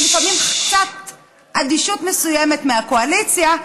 ולפעמים עם קצת אדישות מסוימת מהקואליציה,